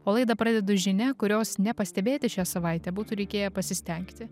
o laidą pradedu žinia kurios nepastebėti šią savaitę būtų reikėję pasistengti